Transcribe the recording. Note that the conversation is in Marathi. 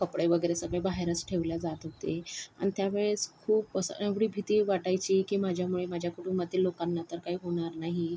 कपडे वगैरे सगळे बाहेरच ठेवले जात होते आणि त्यावेळेस खूप असं एवढी भीती वाटायची की माझ्यामुळे माझ्या कुटुंबातील लोकांना तर काही होणार नाही